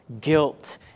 guilt